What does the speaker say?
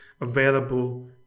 available